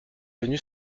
venues